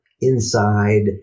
inside